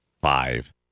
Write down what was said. five